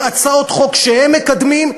בהצעות חוק שהם מקדמים,